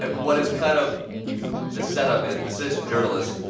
what is kind of the setup is the citizen journalists